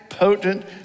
potent